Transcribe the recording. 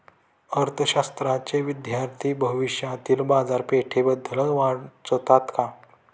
अर्थशास्त्राचे विद्यार्थी भविष्यातील बाजारपेठेबद्दल वाचतात का?